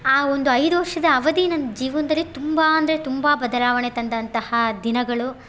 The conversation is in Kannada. ಆ ಒಂದು ಐದು ವರ್ಷದ ಅವಧಿ ನನ್ನ ಜೀವನದಲ್ಲಿ ತುಂಬ ಅಂದರೆ ತುಂಬಾ ಬದಲಾವಣೆ ತಂದಂತಹ ದಿನಗಳು